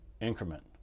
increment